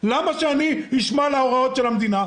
למה שאני אשמע להוראות של המדינה?